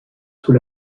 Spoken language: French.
sous